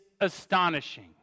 astonishing